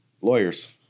lawyers